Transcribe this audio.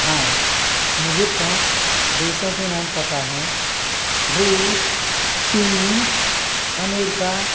हाँ मुझे पाँच देशों के नाम पता हैं रूस चीन अमेरिका